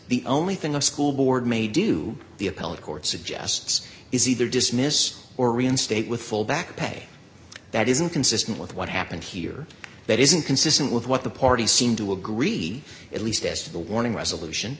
the only thing a school board may do the appellate court suggests is either dismiss or reinstate with full back pay that is inconsistent with what happened here that is inconsistent with what the parties seem to agree at least as to the warning resolution